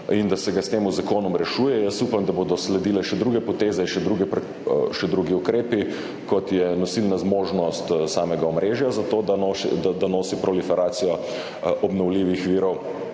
in da se ga s tem zakonom rešuje, jaz upam, da bodo sledile še druge poteze in še drugi ukrepi, kot je nosilna zmožnost samega omrežja, zato da nosi proliferacijo obnovljivih virov